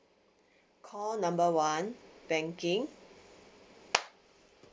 call number one banking